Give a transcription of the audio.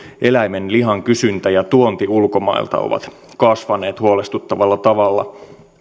eläimen lihan kysyntä ja tuonti ulkomailta ovat kasvaneet huolestuttavalla tavalla